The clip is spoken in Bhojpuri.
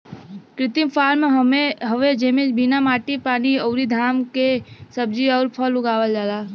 कृत्रिम फॉर्म हवे जेमे बिना माटी पानी अउरी घाम के सब्जी अउर फल उगावल जाला